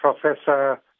professor